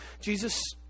Jesus